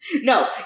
No